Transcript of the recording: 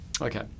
Okay